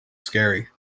scary